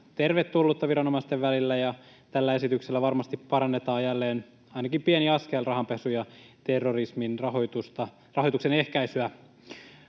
tervetullutta viranomaisten välillä, ja tällä esityksellä varmasti parannetaan jälleen — ainakin pieni askel — rahanpesun ja terrorismin rahoituksen ehkäisyä.